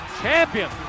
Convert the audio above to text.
champion